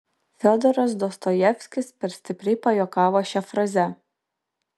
fiodoras dostojevskis per stipriai pajuokavo šia fraze